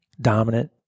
dominant